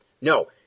No